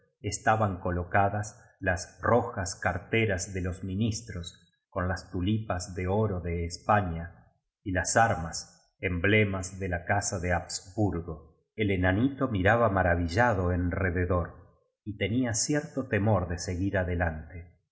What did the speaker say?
ban colocadas las rojas caleteras de los ministros con las tuli pas de oro de españa y las armas emblemas de la casa de hapsburgo el enanito miraba maravillado en rededor y tenía cierto temor de seguir adelante